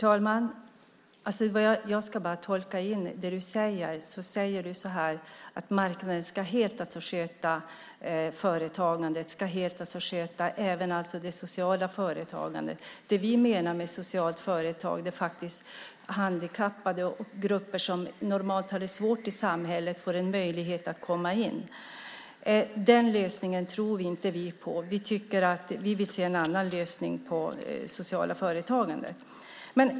Herr talman! Om jag ska tolka det Maria Plass säger så säger hon att marknaden helt ska sköta företagandet och även det sociala företagandet. Det vi menar med socialt företagande är företag där handikappade och grupper som normalt har det svårt i samhället får en möjlighet att komma in. Vi tror inte på er lösning. Vi vill se en annan lösning på det sociala företagandet.